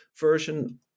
version